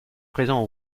présent